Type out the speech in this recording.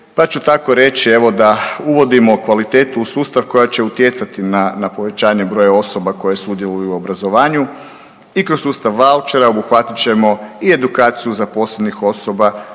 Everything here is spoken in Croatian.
pa ću tako reći evo da uvodimo kvalitetu u sustav koja će utjecati na, na povećanje broja osoba koje sudjeluju u obrazovanju i kroz sustav vaučera obuhvatit ćemo i edukaciju zaposlenih osoba,